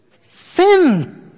sin